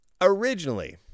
originally